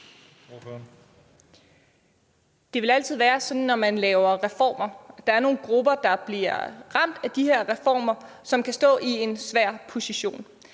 Det vil altid være sådan, når man laver reformer, at der er nogle grupper, der bliver ramt af de reformer, som kan stå i en svær position.